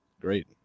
great